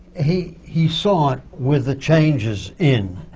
he he saw it with the changes in,